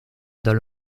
dans